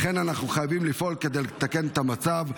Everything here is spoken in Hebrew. לכן אנחנו חייבים לפעול כדי לתקן את המצב.